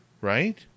right